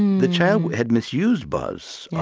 the child had misused buzz.